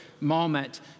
moment